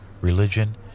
religion